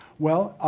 well,